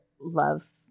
love